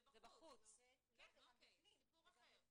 זה סיפור אחר.